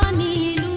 me